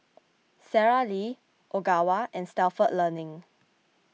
Sara Lee Ogawa and Stalford Learning